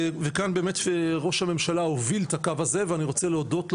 וכאן באמת ראש הממשלה הוביל את הקו הזה ואני רוצה להודות לו